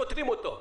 פותרים אותו.